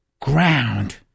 ground